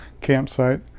campsite